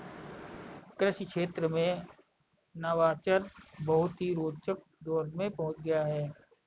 कृषि क्षेत्र में नवाचार बहुत ही रोचक दौर में पहुंच गया है